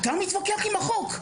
אתה מתווכח עם החוק.